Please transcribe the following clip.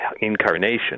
incarnation